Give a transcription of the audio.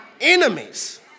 enemies